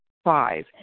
Five